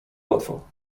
łatwo